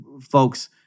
folks